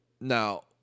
Now